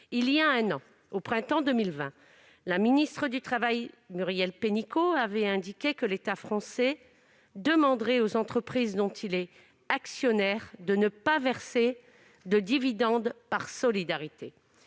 Il y a un an, au printemps 2020, la ministre du travail de l'époque, Muriel Pénicaud, avait indiqué que l'État français demanderait aux entreprises dont il est actionnaire de ne pas verser de dividendes par solidarité.